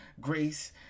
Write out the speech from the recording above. grace